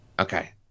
Okay